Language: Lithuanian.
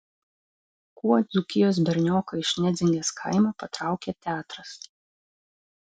kuo dzūkijos bernioką iš nedzingės kaimo patraukė teatras